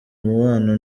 umubano